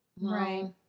Right